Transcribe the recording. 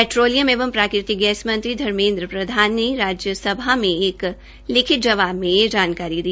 पेट्रोनियम एवं प्राकृतिक गैस मंत्री धर्मेद्र प्रधान ने राज्यसभा में एक लिखित जवाब में ये जानकारी दी